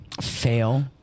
Fail